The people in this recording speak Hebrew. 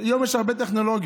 היום יש הרבה טכנולוגיות,